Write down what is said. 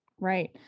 Right